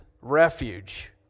refuge